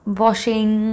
washing